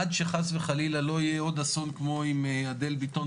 עד שחס וחלילה לא יהיה עוד אסון כמו של אדל ביטון,